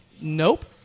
nope